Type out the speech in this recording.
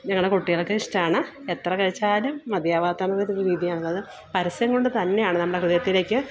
ഞങ്ങളുടെ കുട്ടികൾക്ക് ഇഷ്ടമാണ് എത്ര കഴിച്ചാലും മതിയാവാത്തൊരു രീതിയാണുള്ളത് പരസ്യം കൊണ്ട് തന്നെയാണ് നമ്മുടെ ഹൃദയത്തിലേക്ക്